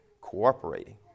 Cooperating